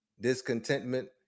discontentment